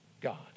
God